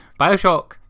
Bioshock